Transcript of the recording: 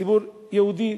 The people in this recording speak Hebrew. ציבור יהודי,